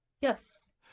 Yes